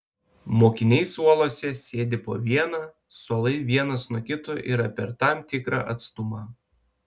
mokiniai suoluose sėdi po vieną suolai vienas nuo kito yra per tam tikrą atstumą